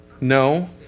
No